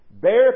Bear